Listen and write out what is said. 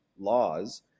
Laws